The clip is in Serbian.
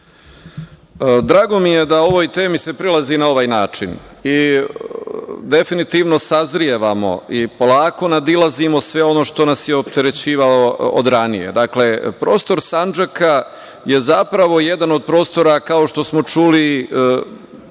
Drago mi je da ovoj temi se prilazi na ovaj način. Definitivno sazrevamo i polako nadilazimo sve ono što nas je opterećivalo od ranije. Dakle, prostor Sandžaka je zapravo jedan od prostora, kao što smo čuli,